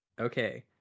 Okay